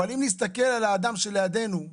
אם נסתכל על האדם שלידינו,